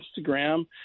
Instagram